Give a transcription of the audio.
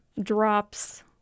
drops